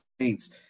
Saints